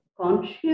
conscious